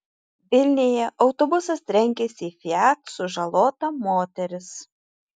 vilniuje autobusas trenkėsi į fiat sužalota moteris